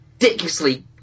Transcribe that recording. ridiculously